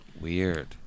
Weird